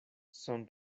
son